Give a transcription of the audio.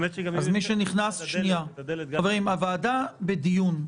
חברים, הוועדה בדיון.